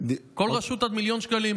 כל רשות עד מיליון שקלים.